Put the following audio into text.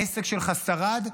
העסק שלך שרד?